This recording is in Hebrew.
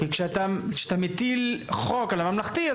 כשאתה מטיל חוק על הממלכתי,